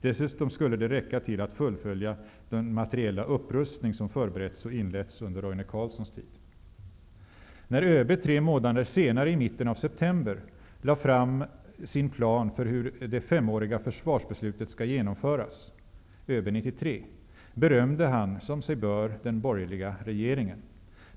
Dessutom skulle de räcka till för att fullföja den materiella upprustning som förberetts och inletts under Roine När ÖB tre månader senare, i mitten av september, lade fram sin plan för hur det femåriga försvarsbeslutet skall genomföras, ÖB93, berömde han som sig bör den borgerliga regeringen.